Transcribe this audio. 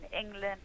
england